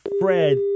Fred